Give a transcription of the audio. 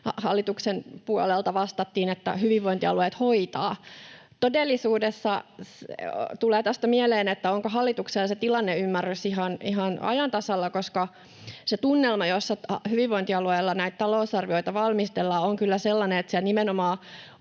hallituksen puolelta vastattiin näin. Todellisuudessa tulee tästä mieleen, että onko hallituksella se tilanneymmärrys ihan ajan tasalla, koska se tunnelma, jossa hyvinvointialueilla näitä talousarvioita valmistellaan, on kyllä sellainen, että siellä nimenomaan